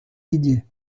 didier